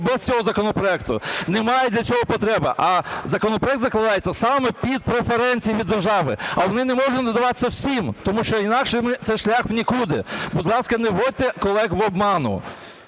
без цього законопроекту. Немає для цього потреби. А законопроект закладається саме під преференції держави. А вони не можуть надаватися всім. Тому що інакше це шлях в нікуди. Будь ласка, не вводьте колег в оману.